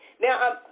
Now